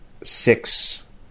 six